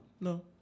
No